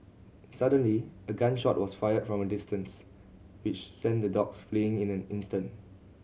suddenly a gun shot was fired from a distance which sent the dogs fleeing in an instant